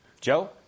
Joe